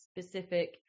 specific